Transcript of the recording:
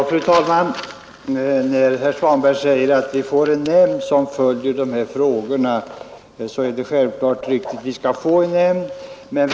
Fru talman! Herr Svanberg säger att vi får en nämnd som skall följa prisutvecklingen.